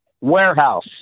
warehouse